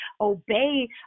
obey